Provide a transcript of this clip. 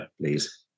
please